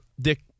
Dick